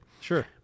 sure